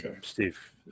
Steve